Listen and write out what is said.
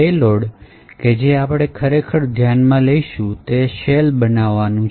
payload કે જે આપણે ખરેખર ધ્યાનમાં લઈશું તે શેલ બનાવવાનું છે